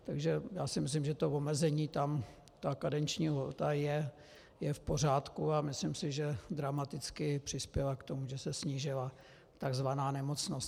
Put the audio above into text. Takže já si myslím, že to omezení, ta karenční lhůta je v pořádku, a myslím si, že dramaticky přispěla k tomu, že se snížila takzvaná nemocnost.